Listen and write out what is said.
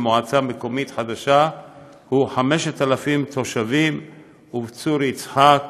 מועצה מקומית חדשה הוא 5,000. בצור יצחק